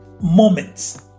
moments